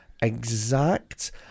exact